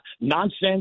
nonsense